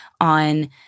on